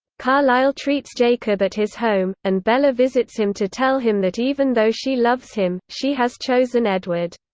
carlisle treats jacob at his home, and bella visits him to tell him that even though she loves him, she has chosen edward.